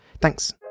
Thanks